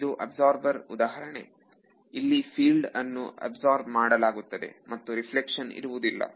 ಇದು ಅಬ್ಸಾರ್ಬರ್ ಉದಾಹರಣೆ ಇಲ್ಲಿ ಫೀಲ್ಡ್ ಅನ್ನು ಅಬ್ಸಾರ್ಬ್ ಮಾಡಲಾಗುತ್ತದೆ ಮತ್ತು ರೆಫ್ಲೆಕ್ಷನ್ ಇರುವುದಿಲ್ಲ